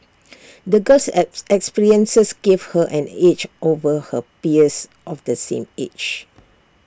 the girl's experiences gave her an edge over her peers of the same age